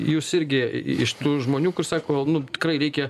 jūs irgi iš tų žmonių kur sako nu tikrai reikia